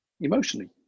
emotionally